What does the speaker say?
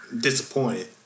disappointed